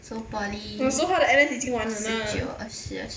orh so 他的 N_S 已经完了啊